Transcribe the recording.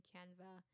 Canva